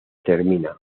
termina